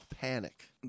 panic